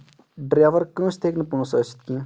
driver کٲنٛسہِ تہِ ہٮ۪کہِ نہٕ پونٛسہٕ ٲسِتھ کینٛہہ